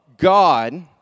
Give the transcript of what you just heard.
God